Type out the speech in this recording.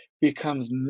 becomes